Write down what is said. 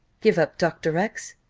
give up dr. x!